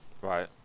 Right